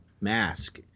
mask